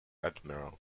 admiral